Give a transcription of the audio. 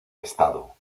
estado